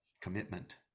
commitment